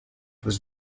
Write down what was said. was